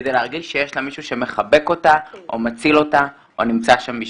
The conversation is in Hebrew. כדי להרגיש שיש לה מישהו שמחבק אותה או מציל אותה או נמצא שם בשבילה.